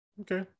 Okay